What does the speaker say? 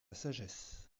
sagesse